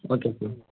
okay sir